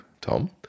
Tom